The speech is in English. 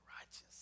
righteous